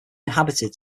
inhabited